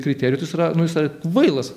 kriterijų tai jis yra nu jis yra kvailas